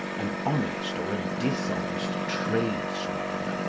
an honest or a dishonest tradesman.